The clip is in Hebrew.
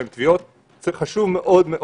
היהודים שנמצאים,